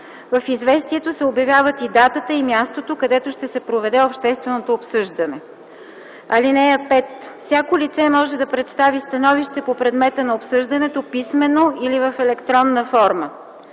В известието се обявяват и датата, и мястото, където ще се проведе общественото обсъждане. (5) Всяко лице може да представи становище по предмета на обсъждането писмено или в електронна форма.